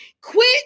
quit